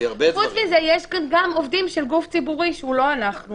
חוץ מזה יש כאן גם עובדים של גוף ציבורי שהוא לא אנחנו,